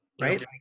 Right